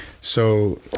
so-